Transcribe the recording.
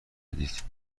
جدید